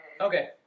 Okay